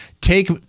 take